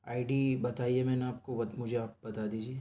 آئی D بتائی ہے میں نے آپ کو بت مجھے آپ بتا دیجئے